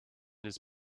his